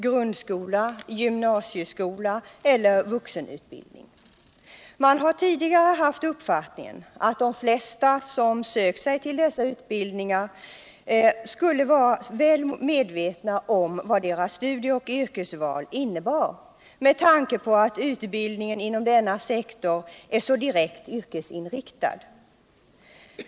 grundskolan, gymnasieskolan eller vuxenutbildningen. Man har tidigare haft uppfattningen att de flesta som sökt sig till dessa utbildningar skulle vara väl medvetna om vad deras studie och yrkesval innebar med tanke på att utbildningen inom denna sektor är så direkt yrkesinriktad.